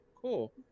cool